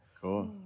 Cool